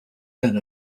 then